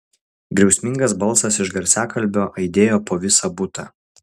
griausmingas balsas iš garsiakalbio aidėjo po visą butą